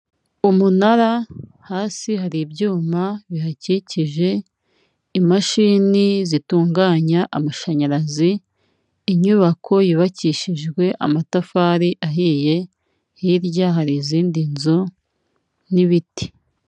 Umunara hasi hari ibyuma bihakikije, imashini zitunganya amashanyarazi, inyubako yubakishijwe amatafari ahiye, hirya hari izindi nzu n'ibiti.